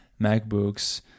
MacBooks